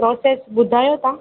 process ॿुधायो तव्हां